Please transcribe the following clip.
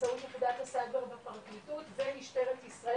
באמצעות יחידת הסעד והרווחה בפרקליטות ומשטרת ישראל,